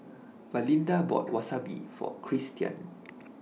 Valinda bought Wasabi For Cristian